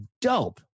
dope